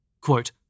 Quote